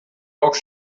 auch